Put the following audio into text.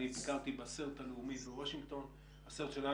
זה לא